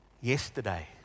yesterday